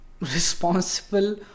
responsible